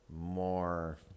more